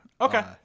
okay